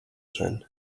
zen